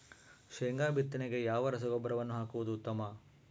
ಶೇಂಗಾ ಬಿತ್ತನೆಗೆ ಯಾವ ರಸಗೊಬ್ಬರವನ್ನು ಹಾಕುವುದು ಉತ್ತಮ?